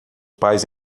pais